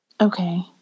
Okay